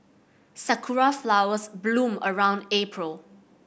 sakura flowers bloom around April